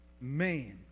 Man